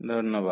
ধন্যবাদ